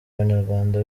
abanyarwanda